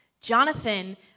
Jonathan